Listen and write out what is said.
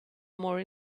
more